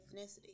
ethnicity